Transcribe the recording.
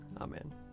Amen